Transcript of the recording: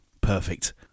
Perfect